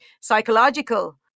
psychological